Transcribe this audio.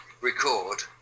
record